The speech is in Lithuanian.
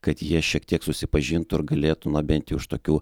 kad jie šiek tiek susipažintų ir galėtų na bent jau iš tokių